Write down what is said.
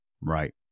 Right